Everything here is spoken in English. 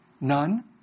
None